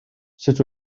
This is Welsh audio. sut